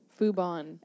Fubon